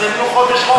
אז הם יהיו בחודש חופש.